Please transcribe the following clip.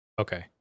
Okay